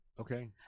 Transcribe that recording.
Okay